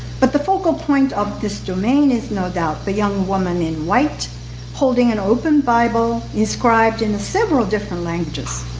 but the focal point of this domain is no doubt the young woman in white holding an open bible, inscribed and in several different languages.